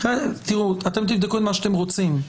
אתם תבדקו מה שאתם רוצים.